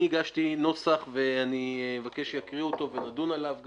אני הגשתי נוסח ואני מבקש שיקראו אותו ונדון עליו,